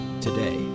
today